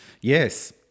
yes